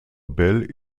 bell